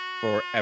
forever